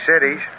cities